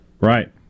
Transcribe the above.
Right